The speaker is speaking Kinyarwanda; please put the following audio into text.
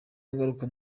ngaruka